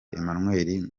emmanuel